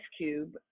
Cube